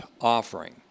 offering